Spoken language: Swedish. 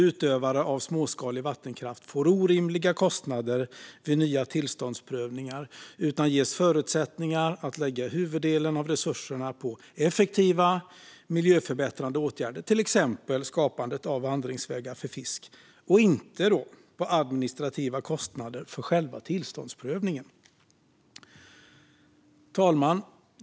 Utövare av småskalig vattenkraft ska inte få orimliga kostnader vid nya tillståndsprövningar utan ges förutsättningar att lägga huvuddelen av resurserna på effektiva, miljöförbättrande åtgärder, till exempel skapandet av vandringsvägar för fisk, och inte på administrativa kostnader för själva tillståndsprövningen. Fru talman!